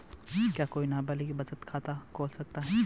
क्या कोई नाबालिग बचत खाता खोल सकता है?